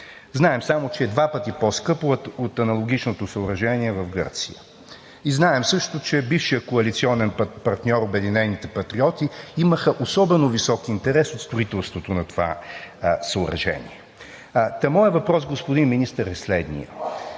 Знаем само, че е два пъти по-скъпо от аналогичното съоръжение в Гърция. И знаем също, че бившият коалиционен партньор – Обединените патриоти, имаха особено висок интерес от строителството на това съоръжение. Та моят въпрос, господин Министър, е следният: